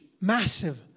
massive